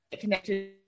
connected